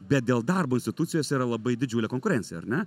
bet dėl darbo institucijose yra labai didžiulė konkurencija ar ne